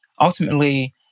ultimately